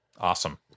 awesome